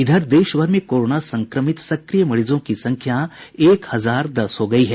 इधर देशभर में कोरोना संक्रमित सक्रिय मरीजों की संख्या एक हजार दस हो गयी है